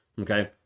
Okay